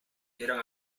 eran